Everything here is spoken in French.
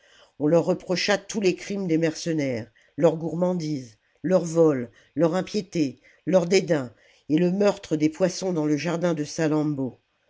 on leur reprocha tous les crimes des mercenaires leur gourmandise leurs vols leurs impiétés leurs dédains et le meurtre des poissons dans le jardin de